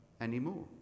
anymore